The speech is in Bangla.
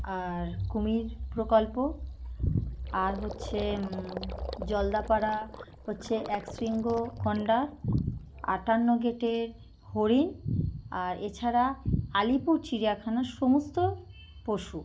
আর কুমির প্রকল্প আর হচ্ছে জলদাপাড়া হচ্ছে একশৃঙ্গ গণ্ডার আটান্ন গেটের হরিণ আর এছাড়া আলিপুর চিড়িয়াখানার সমস্ত পশু